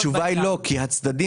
אז התשובה היא לא כי הצדדים,